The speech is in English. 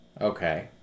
okay